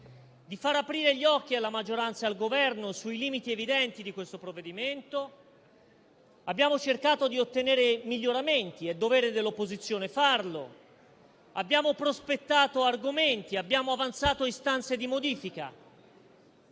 di far aprire gli occhi alla maggioranza e al Governo sui limiti evidenti di questo provvedimento. Abbiamo cercato di ottenere miglioramenti (è dovere dell'opposizione farlo), abbiamo prospettato argomenti e abbiamo avanzato istanze di modifica.